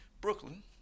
Brooklyn